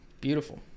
Beautiful